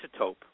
isotope